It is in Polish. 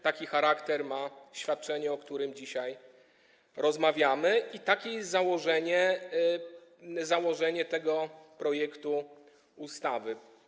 Taki charakter ma świadczenie, o którym dzisiaj rozmawiamy, i takie jest założenie tego projektu ustawy.